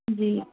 جی